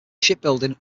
shipbuilding